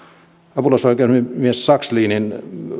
apulaisoikeusasiamies sakslinin